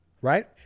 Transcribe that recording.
right